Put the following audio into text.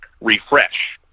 refresh